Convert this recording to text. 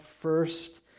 first